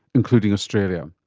including australia.